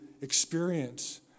experience